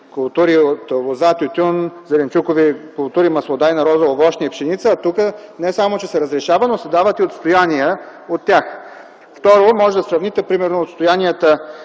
култури от лоза, тютюн, зеленчукови култури, маслодайна роза, овощни култури и пшеница, а тук не само че се разрешава, но се дават и отстояния от тях. Второ, можете да сравните примерно отстоянията,